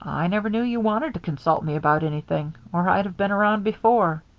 i never knew you wanted to consult me about anything, or i'd have been around before.